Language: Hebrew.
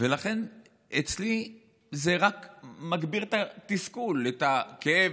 לכן אצלי זה רק מגביר את התסכול, את הכאב.